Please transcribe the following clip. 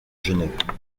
genève